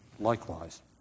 Likewise